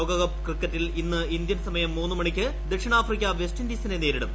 ലോകകപ്പ് ക്രിക്കറ്റിൽ ഇന്ന് ഇന്ത്യൻ സ്മയ്ം മൂന്ന് മണിക്ക് ദക്ഷിണാഫ്രിക്ക വെസ്റ്റിന്റീസിനെ നേരിടും